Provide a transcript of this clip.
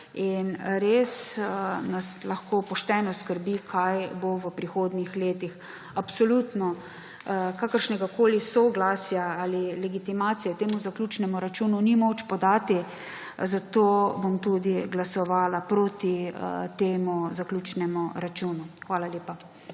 res nas lahko pošteno skrbi, kaj bo v prihodnjih letih. Absolutno kakršnegakoli soglasja ali legitimacije temu zaključnemu računu ni moč podati, zato bom tudi glasovala proti temu zaključnemu računu. Hvala lepa.